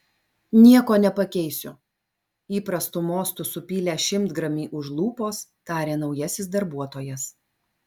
nieko nepakeisiu įprastu mostu supylęs šimtgramį už lūpos tarė naujasis darbuotojas